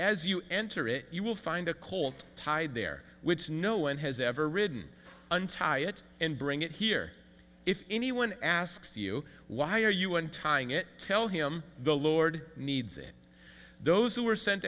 as you enter it you will find a colt tied there which no one has ever ridden untie it and bring it here if anyone asks you why are you in tying it tell him the lord needs it those who are sent